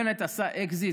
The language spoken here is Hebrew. בנט עשה אקזיט.